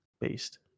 based